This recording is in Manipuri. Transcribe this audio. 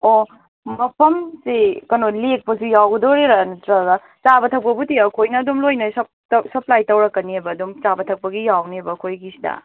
ꯑꯣ ꯃꯐꯝꯁꯦ ꯀꯩꯅꯣ ꯂꯦꯛꯄꯁꯨ ꯌꯥꯎꯒꯗꯧꯔꯤꯔꯥ ꯅꯠꯇ꯭ꯔꯒ ꯆꯥꯕ ꯊꯛꯄꯕꯨꯗꯤ ꯑꯩꯈꯣꯏꯅ ꯑꯗꯨꯝ ꯂꯣꯏꯅ ꯁꯞꯄ꯭ꯂꯥꯏ ꯇꯧꯔꯛꯀꯅꯦꯕ ꯑꯗꯨꯝ ꯆꯥꯕ ꯊꯛꯄꯒꯤ ꯌꯥꯎꯅꯦꯕ ꯑꯩꯈꯣꯏꯒꯤ ꯁꯤꯗ